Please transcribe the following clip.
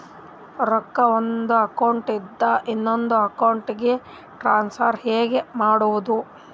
ರೊಕ್ಕ ಒಂದು ಅಕೌಂಟ್ ಇಂದ ಇನ್ನೊಂದು ಅಕೌಂಟಿಗೆ ಟ್ರಾನ್ಸ್ಫರ್ ಹೆಂಗ್ ಮಾಡೋದು?